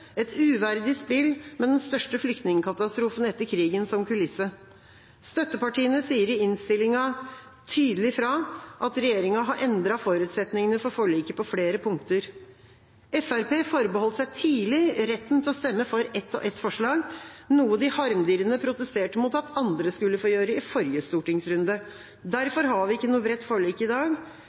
et uverdig spill med den største flyktningkatastrofen etter krigen som kulisse. Støttepartiene sier i innstillinga tydelig fra om at regjeringa har endret forutsetningene for forliket på flere punkter. Fremskrittspartiet forbeholdt seg tidlig retten til å stemme for ett og ett forslag, noe de harmdirrende protesterte mot at andre skulle få gjøre i forrige stortingsrunde. Derfor har vi ikke noe bredt forlik i dag.